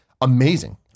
amazing